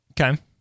Okay